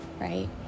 right